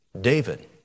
David